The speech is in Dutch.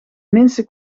minste